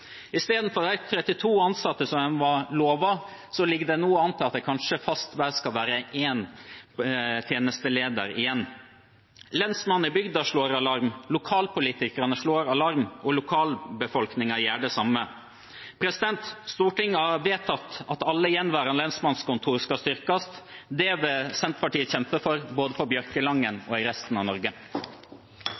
Istedenfor de 32 ansatte som en var lovet, ligger det nå an til at det kanskje fast skal være én tjenesteleder igjen. Lensmannen i bygda slår alarm, lokalpolitikerne slår alarm, og lokalbefolkningen gjør det samme. Stortinget har vedtatt at alle gjenværende lensmannskontor skal styrkes. Det vil Senterpartiet kjempe for både på Bjørkelangen og i resten av Norge.